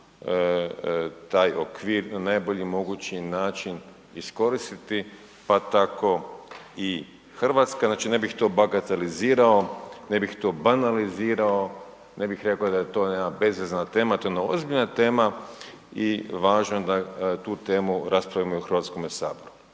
šansu taj okvir na najbolji mogući način iskoristiti pa tako i Hrvatska. Znači ne bih to bagatelizirao, ne bih to banalizirao, ne bih rekao da je to jedna bezazlena tema. To je jedna ozbiljna tema i važno je da tu temu raspravimo i u Hrvatskom saboru.